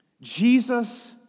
Jesus